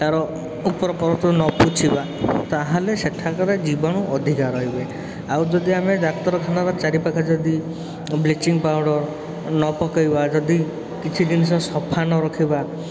ତା'ର ଉପର ତଳକୁ ନ ପୋଛିବା ତାହେଲେ ସେଠାକାର ଜୀବାଣୁ ଅଧିକା ରହିବେ ଆଉ ଯଦି ଆମେ ଡାକ୍ତରଖାନାର ଚାରିପାଖ ଯଦି ବ୍ଲିଚିଂ ପାଉଡ଼ର ନପକେଇବା ଯଦି କିଛି ଜିନିଷ ସଫା ନରଖିବା